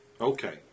Okay